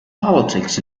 politics